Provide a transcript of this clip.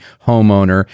homeowner